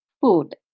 Food